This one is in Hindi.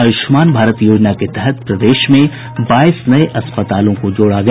आयुष्मान भारत योजना के तहत प्रदेश में बाईस नये अस्पतालों को जोड़ा गया